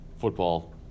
football